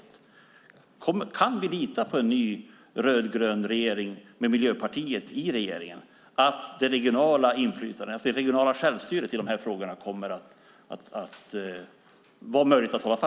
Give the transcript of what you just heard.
Kan vi lita på en ny rödgrön regering med Miljöpartiet i regeringen? Kommer det att vara möjligt att hålla fast vid det regionala självstyret i de här frågorna?